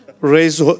Raise